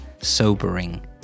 sobering